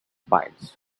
miles